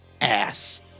ass